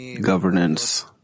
governance